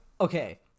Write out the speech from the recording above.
okay